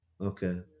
Okay